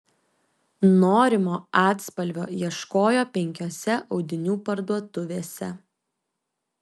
norimo atspalvio ieškojo penkiose audinių parduotuvėse